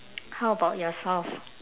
how about yourself